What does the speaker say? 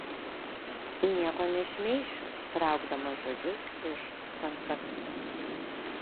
nieko nešmeišiu traukdamas žodžius iš konteksto